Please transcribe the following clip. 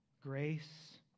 grace